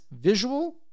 visual